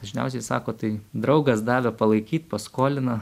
dažniausiai sako tai draugas davė palaikyt paskolino